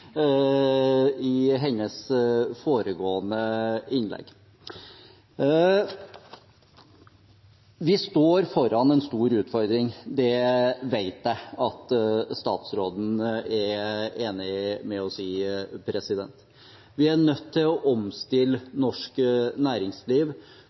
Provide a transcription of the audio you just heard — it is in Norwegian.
etter hennes foregående innlegg. Vi står foran en stor utfordring – det vet jeg at statsråden er enig med oss i. Vi er nødt til å